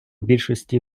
більшості